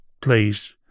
please